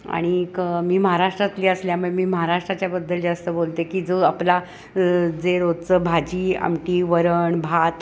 आणिक मी महाराष्ट्रातली असल्यामुळे मी महाराष्ट्राच्याबद्दल जास्त बोलते की जो आपला जे रोजचं भाजी आमटी वरण भात